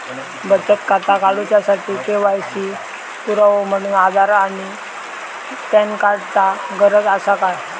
बचत खाता काडुच्या साठी के.वाय.सी पुरावो म्हणून आधार आणि पॅन कार्ड चा गरज आसा काय?